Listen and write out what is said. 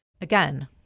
Again